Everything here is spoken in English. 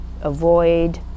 avoid